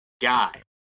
guy